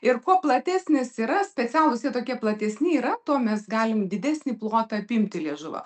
ir kuo platesnis yra specialūs jie tokie platesni yra tuo mes galim didesnį plotą apimti liežuvio